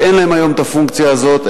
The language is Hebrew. שאין להן היום הפונקציה הזאת,